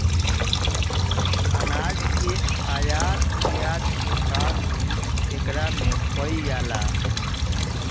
अनाज के आयत निर्यात के काम भी एकरा में कईल जाला